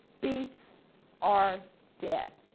beats are dead.